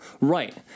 Right